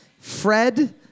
Fred